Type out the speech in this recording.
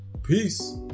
Peace